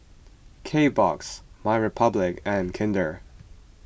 Kbox MyRepublic and Kinder